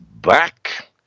back